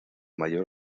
mayor